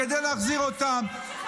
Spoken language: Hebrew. כדי להחזיר אותם,